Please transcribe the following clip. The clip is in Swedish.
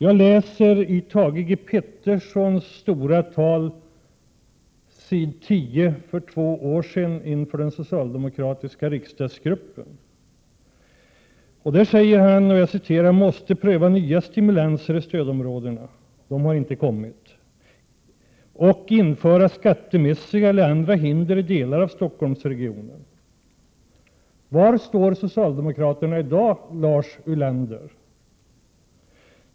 I sitt stora tal för två år sedan inför den socialdemokratiska riksdagsgruppen sade Thage G Peterson att vi måste pröva nya stimulanser i stödområdena — de har inte kommit — och införa skattemässiga eller andra hinder i delar av Stockholmsregionen. Var står socialdemokraterna i dag, Lars Ulander?